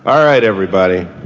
all right everybody.